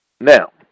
Now